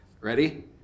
Ready